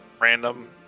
random